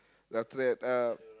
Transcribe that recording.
then after that uh